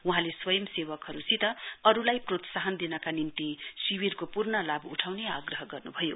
वहाँले स्वंयसेवकहरुसित अरुलाई प्रोत्साहन दिनक निम्ति शिविरको पूर्ण लाभ उठाउने आग्रह गर्न्भयो